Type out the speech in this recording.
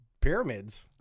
pyramids